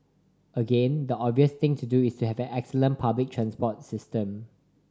again the obvious thing to do is to have an excellent public transport system